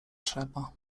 trzeba